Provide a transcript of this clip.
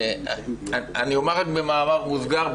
אני אומר במאמר מוסגר,